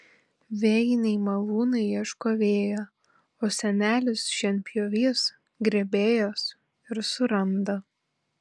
vėjiniai malūnai ieško vėjo o senelis šienpjovys grėbėjos ir suranda